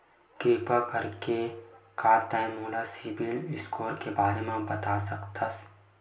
किरपा करके का तै मोला सीबिल स्कोर के बारे माँ बता सकथस?